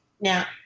Now